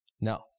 No